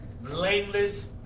blameless